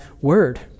word